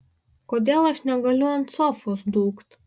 kodėl aš negaliu ant sofos dūkt